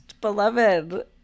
beloved